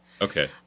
okay